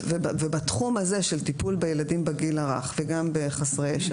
בתחום הזה של טיפול בילדים בגיל הרך וגם בחסרי ישע,